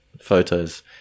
photos